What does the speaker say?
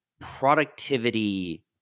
productivity